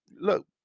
look